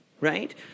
Right